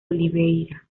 oliveira